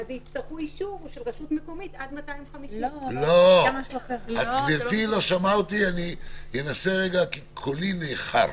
יצטרכו אישור של רשות מקומית עד 250. למה אתה רוצה להוסיף עוד מדרגה של אישור?